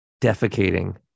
defecating